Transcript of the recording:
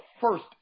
first